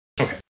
Okay